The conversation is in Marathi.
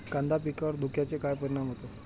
कांदा पिकावर धुक्याचा काय परिणाम होतो?